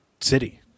city